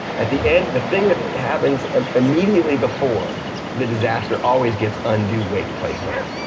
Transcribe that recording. at the end, the thing that happens um immediately before the disaster always gets undue weight placed on it.